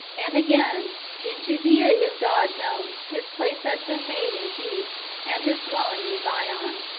and again in judea is god known his place has been made in peace, and his dwelling in zion.